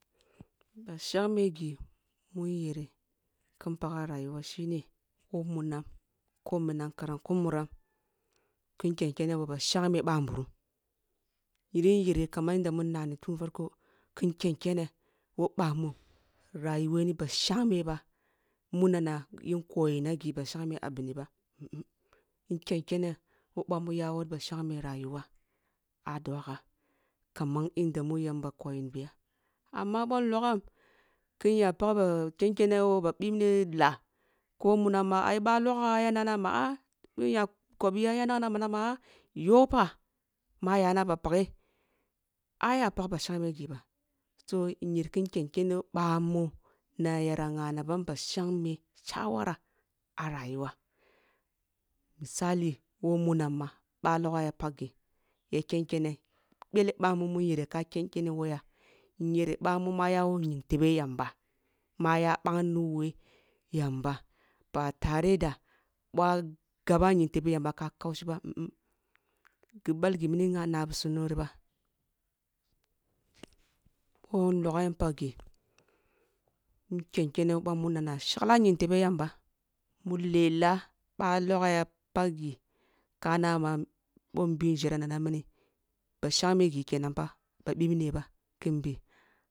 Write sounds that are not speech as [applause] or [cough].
Ba shangme ghi mun year kin pagha rayuwa shine woh munam ko minam karan ku muram kin ken kene ъa ba shangme ъanburum yirin yere kaman yanda un nani tun farko kin en kene woh bahmun rayuwe ni ba shangme ba muna na yin koyi na ghi ba shangme aha bini ba [hesitation] yin ken kene woh ъamu yawo ba shangme rayuwa ah duwagha kaman yanda mu yamba koyi ni bi ya amma boh nlogham kin ken kene woh ba bibne lah ko munam ma ai bah logha yanana ah ъoh nya kobi yah ya nana mina ma yap ha ma yana ba paghe aya pak ba shangme ghi ba so nyer kin ken kene woh ъamu na ya ngha na bam ba shangme shawara ah rayuwa misal, woh munam ma ъah logha ya pag ghi ya kyon kene ъele bamun mun yere ka ken kene woh yah nyer bamun mu ya woh nying tebe yamba ma aya bang ni woh yamba ba tare da ba gaba ying tebe yamba ka kaushi ba [hesitation] ghi gbal ghi mini ah nah bisum nuwe ri ba boh yin logho yin pag ghi yin ken kene woh mu nana shagla ying tebe yamba ma lela ba logha ya pag ghi ka nanma boh nbi njere nana mini ba shangme ghi kenan pha ba ъibne ba kin nbi